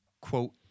quote